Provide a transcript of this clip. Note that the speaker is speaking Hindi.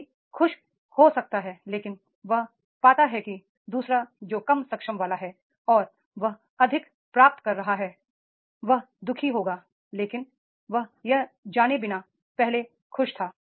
कोई खुश हो सकता है लेकिन वह पाता है कि दू सरा जो कम क्षमता वाला है और वह अधिक प्राप्त कर रहा है वह दुखी होगा हालांकि वह यह जाने बिना पहले खुश था